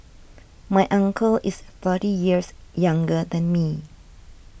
my uncle is thirty years younger than me